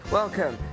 welcome